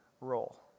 role